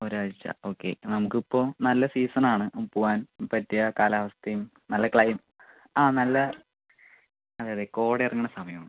ഒരാഴ്ച ഓക്കെ നമ്മൾക്ക് ഇപ്പോൾ നല്ല സീസൺ ആണ് പോകാൻ പറ്റിയ കാലാവസ്ഥയും നല്ല ക്ലൈ ആ നല്ല അതെ അതെ കോഡിറങ്ങുന്ന സമയമാണ്